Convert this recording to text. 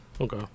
Okay